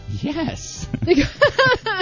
Yes